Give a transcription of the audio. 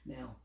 Now